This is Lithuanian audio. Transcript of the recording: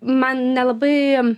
man nelabai